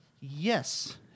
Yes